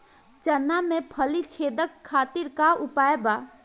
चना में फली छेदक खातिर का उपाय बा?